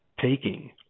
taking